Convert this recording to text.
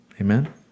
Amen